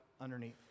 underneath